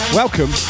welcome